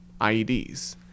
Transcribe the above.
IEDs